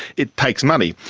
it takes money.